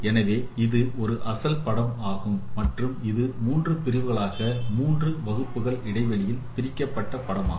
எனவே இது ஒரு அசல் படம் ஆகும் மற்றும் இது மூன்று பிரிவுகளாக மூன்று வகுப்புகள் இடைவெளியில் பிரிக்கப்பட்ட படமாகும்